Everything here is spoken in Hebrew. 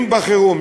אם בחירום,